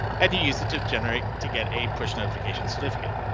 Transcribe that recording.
and use it to generate to get a push notification certificates.